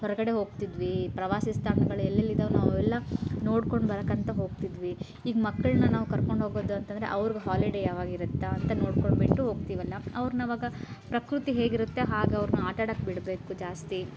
ಹೊರಗಡೆ ಹೋಗ್ತಿದ್ವಿ ಪ್ರವಾಸಿ ತಾಣಗಳ್ ಎಲ್ಲೆಲ್ಲಿದಾವೆ ನಾವೆಲ್ಲ ನೋಡ್ಕೊಂಡು ಬರೋಕಂತ ಹೋಗ್ತಿದ್ವಿ ಈಗ ಮಕ್ಕಳನ್ನ ನಾವು ಕರ್ಕೊಂಡೋಗೋದು ಅಂತಂದರೆ ಅವ್ರ ಹಾಲಿಡೇ ಯಾವಾಗಿರುತ್ತೆ ಅಂತ ನೋಡ್ಕೊಂಡುಬಿಟ್ಟು ಹೋಗ್ತೀವಲ್ಲ ಅವ್ರನ್ನ ಆವಾಗ ಪ್ರಕೃತಿ ಹೇಗಿರುತ್ತೆ ಹಾಗೆ ಅವ್ರನ್ನ ಆಟಾಡೀಕೆ ಬಿಡಬೇಕು ಜಾಸ್ತಿ